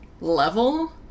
level